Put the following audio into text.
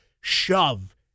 shove